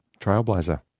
Trailblazer